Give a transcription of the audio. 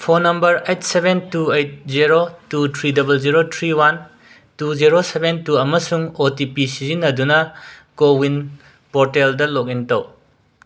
phone number eight seven two eight zero two three double zero three one two zero seven two ꯑꯃꯁꯨꯡ O T P ꯁꯤꯖꯤꯟꯅꯗꯨꯅ CoWIN ꯄꯣꯔꯇꯦꯜꯗ log in ꯇꯧ